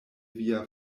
via